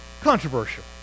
controversial